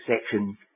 section